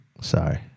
sorry